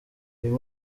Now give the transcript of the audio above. uyu